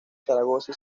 zaragoza